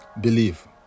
believe